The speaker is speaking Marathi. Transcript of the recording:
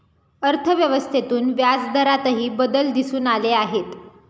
अर्थव्यवस्थेतून व्याजदरातही बदल दिसून आले आहेत